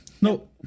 No